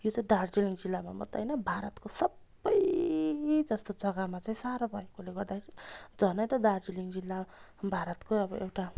यो चाहिँ दार्जिलिङ जिल्लामा मात्रै होइन भारतको सबै जस्तो जगामा चाहिँ साह्रो भएकोले गर्दा झनै त दार्जिलिङ जिल्ला भारतकै अब एउटा